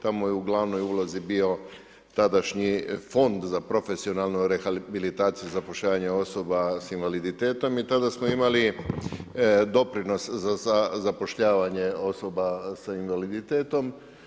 Tamo je u glavnoj ulazi bio tadašnji fond za profesionalnu rehabilitaciju zapošljavanja osoba s invaliditetom i tada smo imali doprinos za zapošljavanje osoba s invaliditetom.